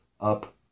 up